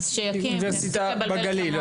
אז שיקים ויפסיק לבלבל את המוח.